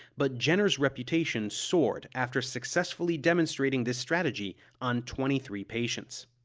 but jenner's reputation soared after successfully demonstrating this strategy on twenty three patients.